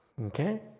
Okay